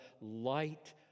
light